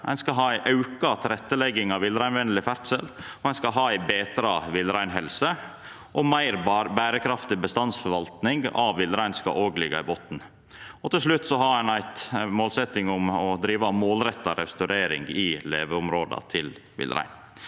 Ein skal ha ei auka tilrettelegging av villreinvenleg ferdsel. Ein skal ha ei betra villreinhelse, og ei meir berekraftig bestandsforvaltning av villreinen skal liggja i botnen. Til slutt har ein ei målsetjing om å driva målretta restaurering i leveområda til villreinen.